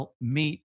meet